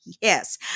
Yes